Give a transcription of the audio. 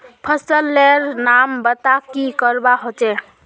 फसल लेर नाम बता की करवा होचे?